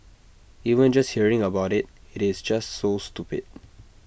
even just hearing about IT it is just so stupid